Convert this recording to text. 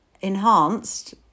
enhanced